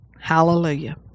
Hallelujah